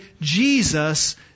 Jesus